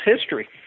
history